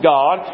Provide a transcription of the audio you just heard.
God